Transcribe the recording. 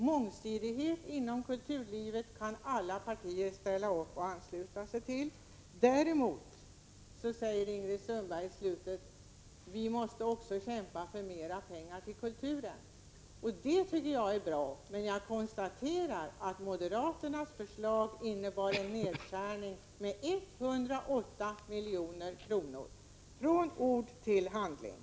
Mångsidighet inom kulturen kan alla partier ställa upp på och ansluta sig till. Däremot säger Ingrid Sundberg i slutet av sitt anförande: Vi måste också kämpa för mer pengar till kulturen. Det tycker jag är bra, men jag konstaterar att moderaternas förslag innebär en nedskärning med 108 milj.kr. — från ord till handling.